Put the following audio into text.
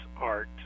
art